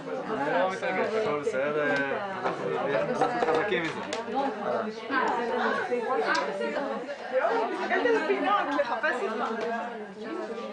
10:30.